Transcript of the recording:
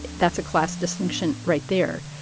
that's a class distinction right there.